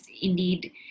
indeed